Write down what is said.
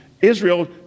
Israel